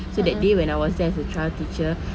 so that day when I was there as a trial teacher